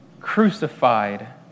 crucified